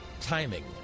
timing